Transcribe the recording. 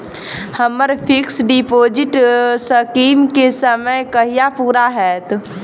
हम्मर fix deposit scheme केँ समय कहिया पूरा हैत?